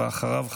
ואחריו,